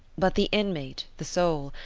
but the inmate, the soul,